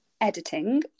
editing